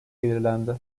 belirlendi